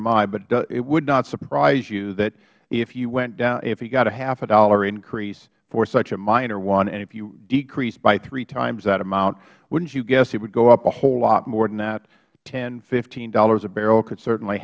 am i but it would not surprise you that if you got a half dollar increase for such a minor one and if you decrease by three times that amount wouldn't you guess it would go up a whole lot more than that ten fifteen dollars a barrel could certainly